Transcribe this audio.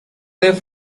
live